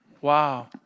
Wow